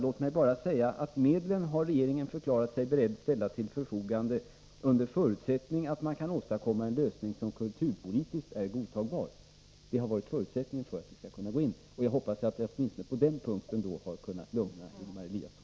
Låt mig bara säga att regeringen har förklarat sig beredd att ställa medlen till förfogande under förutsättning att man kan åstadkomma en lösning som är kulturpolitiskt godtagbar. Jag hoppas att jag åtminstone på den punkten har kunnat lugna Ingemar Eliasson.